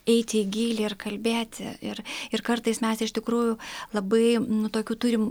eiti į gylį ir kalbėti ir ir kartais mes iš tikrųjų labai nu tokių turim